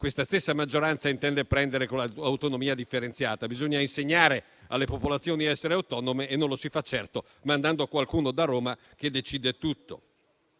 questa stessa maggioranza intende prendere con l'autonomia differenziata. Bisogna insegnare alle popolazioni ad essere autonome e non lo si fa certo mandando qualcuno da Roma che decida tutto.